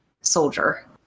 soldier